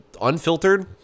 unfiltered